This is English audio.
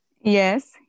Yes